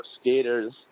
Skaters